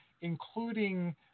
including